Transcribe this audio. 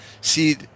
See